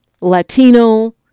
Latino